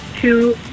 two